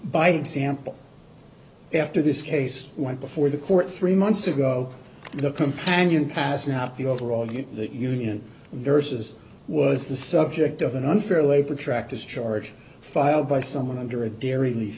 by example after this case went before the court three months ago the companion passed not the overall view that union nurses was the subject of an unfair labor practice charge filed by someone under a da